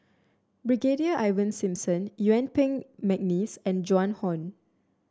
Brigadier Ivan Simson Yuen Peng McNeice and Joan Hon